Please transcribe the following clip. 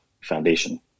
Foundation